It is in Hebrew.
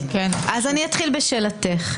אני אתחיל בשאלתך.